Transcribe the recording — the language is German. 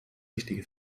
richtige